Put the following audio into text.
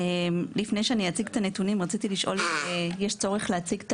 לפני שאני אציג את הנתונים רציתי לשאול אם יש צורך להציג את